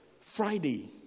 Friday